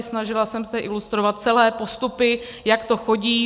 Snažila jsem se ilustrovat celé postupy, jak to chodí.